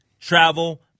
Travel